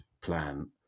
plan